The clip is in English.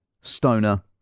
Stoner